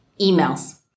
emails